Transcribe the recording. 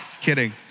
Kidding